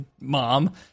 mom